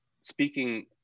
speaking